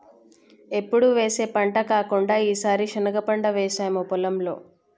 ఎప్పుడు వేసే పంట కాకుండా ఈసారి శనగ పంట వేసాము పొలంలో